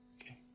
Okay